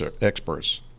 experts